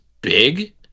big